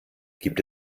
gibt